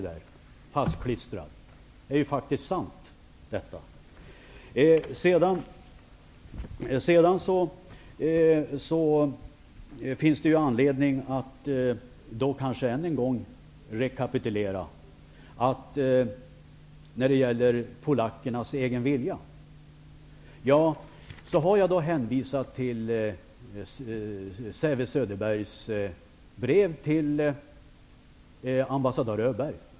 Det finns anledning att än en gång rekapitulera frågan om polackernas egen vilja. Jag har hänvisat till Bengt Säve-Söderberghs brev till ambassadör Öberg.